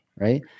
Right